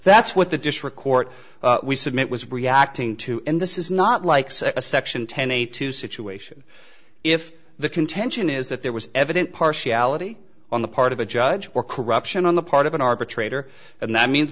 that's what the district court we submit was reacting to and this is not like a section ten a two situation if the contention is that there was evident partiality on the part of a judge or corruption on the part of an arbitrator and that means